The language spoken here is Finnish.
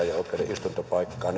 istuntopaikkaa